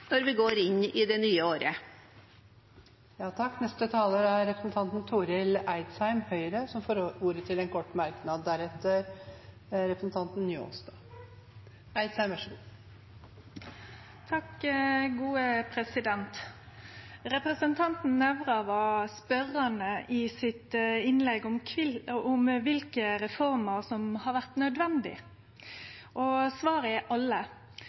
når vi går inn i det nye året. Representanten Torill Eidsheim har hatt ordet to ganger tidligere og får ordet til en kort merknad, begrenset til 1 minutt. Representanten Nævra var i sitt innlegg spørjande til kva reformer som har vore nødvendige. Svaret er alle.